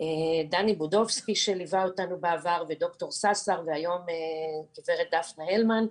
דני בודובסקי שליווה אותנו בעבר וד"ר ששר והיום הגברת דפנה הלמן,